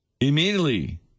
immediately